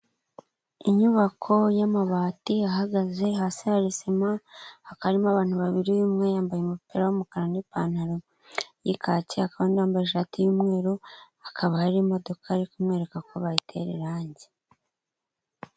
Inyubako y'amabati ahagaze hasi hari sima ha akarimo abantu babiri umwe yambaye umupira w'umukara n'pantaro y'ikati kandi yamba ishati y'umweru hakaba hari imodoka ari kumwereka ko bayite irangi.